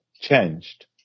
changed